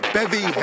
Bevy